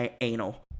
anal